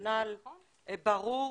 רציונל ברור